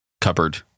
cupboard